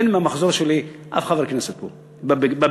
אין מהמחזור שלי אף חבר כנסת פה בבניין,